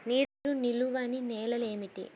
నీరు నిలువని నేలలు ఏమిటి?